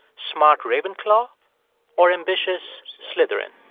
smart ravenclaw or ambitious slytherin?